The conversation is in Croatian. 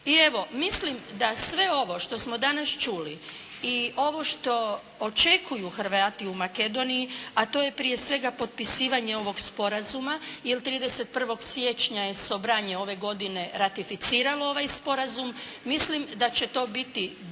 I evo, mislim da sve ovo što smo danas čuli i ovo što očekuju Hrvati u Makedoniji, a to je prije svega potpisivanje ovog sporazuma jer 31. siječnja je Sobranje ove godine ratificiralo ovaj sporazum. Mislim da će to biti dobar